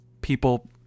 people